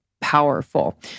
powerful